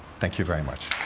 thank you very much.